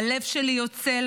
הלב שלי יוצא אל